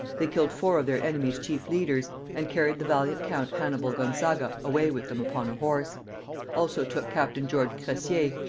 they killed four of their enemy's chief leaders, and carried the valiant count hannibal gonzaga away with them upon a horse also took captain george cressier,